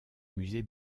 musée